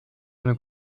eine